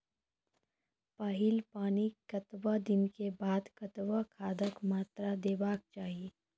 पहिल पानिक कतबा दिनऽक बाद कतबा खादक मात्रा देबाक चाही?